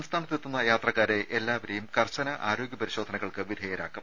സംസ്ഥാനത്തെത്തുന്ന യാത്രക്കാരെ എല്ലാവരേയും കർശന ആരോഗ്യ പരിശോധനകൾക്ക് വിധേയരാക്കും